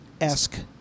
esque